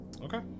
Okay